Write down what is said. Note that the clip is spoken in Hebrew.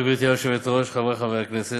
תודה, גברתי היושבת-ראש, חברי חברי הכנסת,